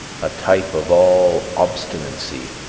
a type of all obstinacy,